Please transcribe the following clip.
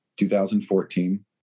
2014